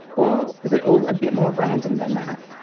or was it all a bit more random than that?